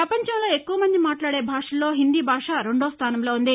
పపంచంలో ఎక్కువమంది మాట్లాదే భాషల్లో హిందీ భాష రెండవ స్థాసంలో ఉంది